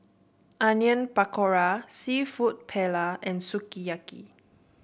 Onion Pakora seafood Paella and Sukiyaki